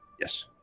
Yes